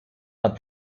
but